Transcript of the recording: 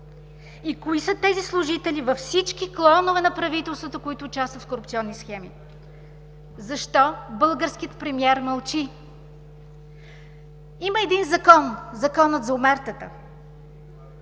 И кои са тези служители във всички клонове на правителството, които участват в корупционни схеми? Защо българският премиер мълчи? Има един закон, законът за омертата.